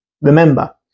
Remember